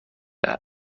عمود